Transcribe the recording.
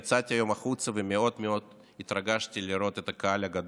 יצאתי היום החוצה ומאוד מאוד התרגשתי לראות את הקהל הגדול,